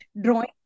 drawing